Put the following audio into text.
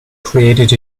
created